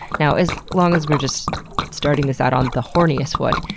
now, as long as we're just starting this out on the horniest foot,